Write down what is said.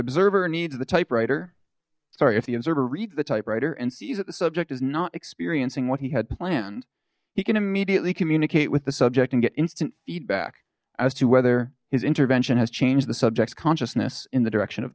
observer read the typewriter and sees that the subject is not experiencing what he had planned he can immediately communicate with the subject and get instant feedback as to whether his intervention has changed the subjects consciousness in the direction of